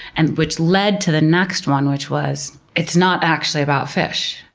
and which led to the next one, which was it's not actually about fish.